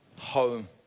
home